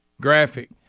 graphic